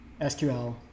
SQL